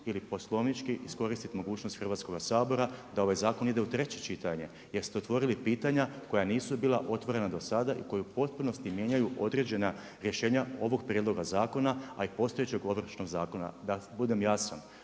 ili poslovnički iskoristiti mogućnost Hrvatskoga sabora da ovaj zakon ide u treće čitanje, jer ste otvorili pitanja koja nisu bila otvorena do sada i koji u potpunosti mijenjaju određena rješenja ovog prijedloga zakona, a i postojećeg Ovršnog zakona. Da budem jasan,